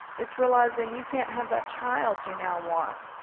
it's realizing you can't have that child you now want,